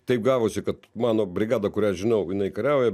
taip gavosi kad mano brigada kurią žinau jinai kariauja